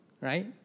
right